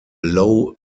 low